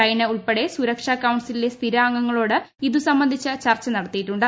China ഉൾപ്പെടെ സുരക്ഷാ കൌൺസിലിലെ സ്ഥിരാംഗങ്ങളോട് ഇതു സംബന്ധിച്ച് ചർച്ച നടത്തിയിട്ടുണ്ട്